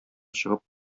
чыгып